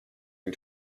due